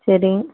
சரி